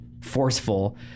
forceful